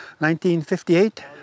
1958